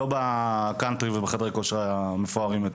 לא בקאנטרי ובחדרי הכושר המפוארים יותר,